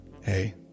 hey